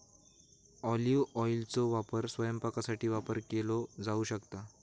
olive ऑइलचो वापर स्वयंपाकासाठी वापर केलो जाऊ शकता